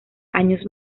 años